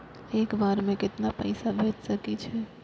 एक बार में केतना पैसा भेज सके छी?